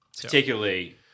Particularly